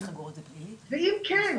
ואם כן,